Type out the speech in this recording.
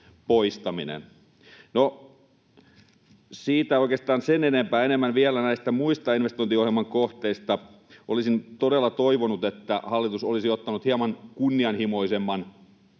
siitä oikeastaan sen enempää. Enemmän vielä näistä muista investointiohjelman kohteista: Olisin todella toivonut, että hallitus olisi ottanut hieman kunnianhimoisemman